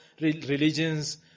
religions